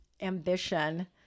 ambition